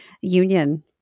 Union